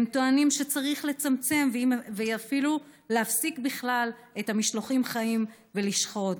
הם טוענים שצריך לצמצם ואפילו להפסיק בכלל את המשלוחים החיים ולשחוט.